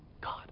God